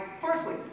Firstly